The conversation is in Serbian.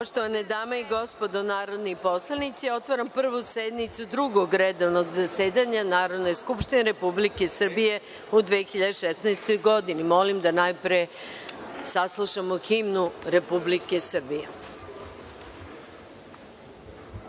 Poštovane dame i gospodo narodni poslanici, otvaram Prvu sednicu Drugog redovnog zasedanja Narodne skupštine Republike Srbije u 2016. godini. Molim da najpre saslušamo himnu Republike